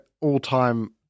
all-time